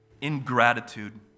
Ingratitude